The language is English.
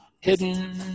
Hidden